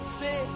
say